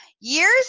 years